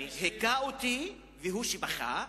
וַאשְתַכַּא" "הכני ובכה,